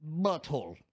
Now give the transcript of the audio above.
butthole